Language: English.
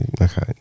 okay